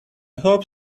hope